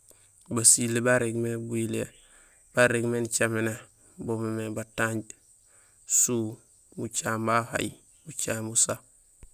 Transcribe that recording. Basilé barégmé buyilihé, ba nirégmé nicaméné bo boom batanj, suu, bucaŋéén bahaay, bucaŋéén busa.